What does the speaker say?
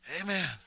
Amen